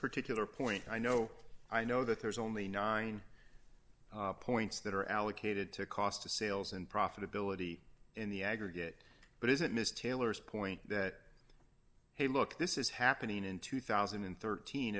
particular point i know i know that there's only nine points that are allocated to cost of sales and profitability in the aggregate but is it missed taylor's point that hey look this is happening in two thousand and thirteen